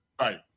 Right